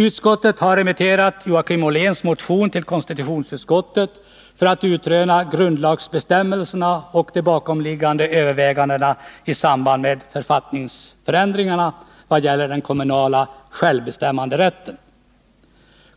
Utskottet har remitterat Joakim Olléns motion till konstitutionsutskottet för att utröna grundlagsbestämmelserna och de bakomliggande övervägandena i samband med författningsförändringarna när det gäller den kommunala självbestämmanderätten.